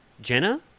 Jenna